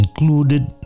included